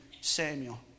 Samuel